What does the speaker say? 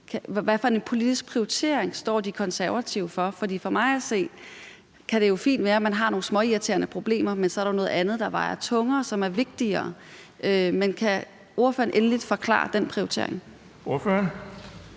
for en politisk prioritering står De Konservative for? For det kan jo for mig at se fint være, at man har nogle småirriterende problemer, men der er jo så noget andet, der vejer tungere, og som er vigtigere. Men kan ordføreren endeligt forklare den prioritering? Kl.